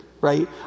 right